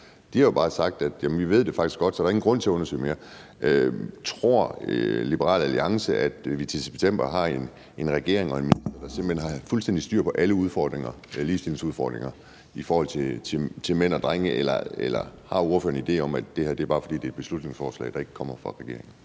De har bare sagt: Vi ved det faktisk godt, så der er ingen grund til at undersøge mere. Tror Liberal Alliance, at vi til september har en regering og en minister, der simpelt hen har fuldstændig styr på alle ligestillingsudfordringer i forhold til mænd og drenge? Eller har ordføreren en idé om, at det her bare er, fordi det er et beslutningsforslag, der ikke kommer fra regeringen?